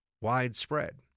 widespread